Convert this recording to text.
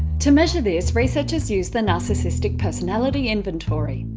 to measure this, researchers used the narcissistic personality inventory.